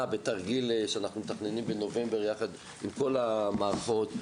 בתרגיל שאנחנו מתכננים בנובמבר יחד עם כל המערכות,